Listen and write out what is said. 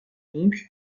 donc